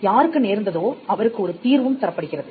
யாருக்கு நேர்ந்ததோ அவருக்கு ஒரு தீர்வும் தரப்படுகிறது